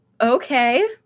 okay